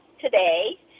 today